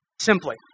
Simply